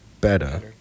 better